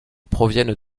proviennent